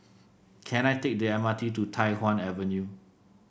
can I take the M R T to Tai Hwan Avenue